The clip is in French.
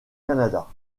canada